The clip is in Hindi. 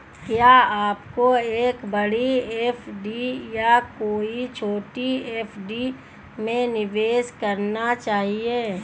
क्या आपको एक बड़ी एफ.डी या कई छोटी एफ.डी में निवेश करना चाहिए?